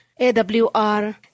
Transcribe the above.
AWR